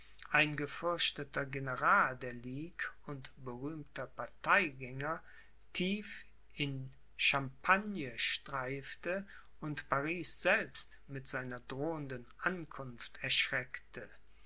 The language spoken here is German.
ein gefürchteter general der ligue und berühmter parteigänger tief in champagne streifte und paris selbst mit seiner drohenden ankunft erschreckte